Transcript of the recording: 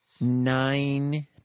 Nine